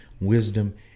wisdom